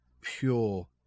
pure